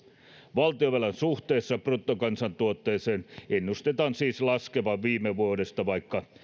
valtionvelan suhteessa bruttokansantuotteeseen ennustetaan siis laskevan viime vuodesta vaikka